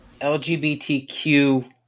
LGBTQ